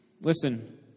Listen